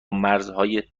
مرزهای